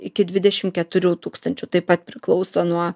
iki dvidešim keturių tūkstančių taip pat priklauso nuo